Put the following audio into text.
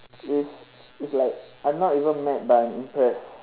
is it's like I'm not even mad but I'm impressed